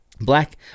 black